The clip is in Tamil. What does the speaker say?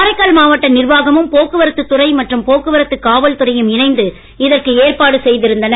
காரைக்கால் மாவட்ட நிர்வாகமும் போக்குவரத்து துறை மற்றும் போக்குவரத்து காவல் துறையும் இணைந்து இதற்கு ஏற்பாடு செய்திருந்தன